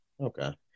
Okay